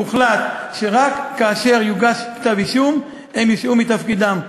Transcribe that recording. הוחלט שרק כאשר יוגש כתב אישום הם יושעו מתפקידם.